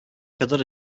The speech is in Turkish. kadar